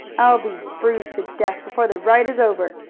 i'll be bruised to death before the ride is over,